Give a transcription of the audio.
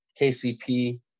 KCP